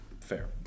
Fair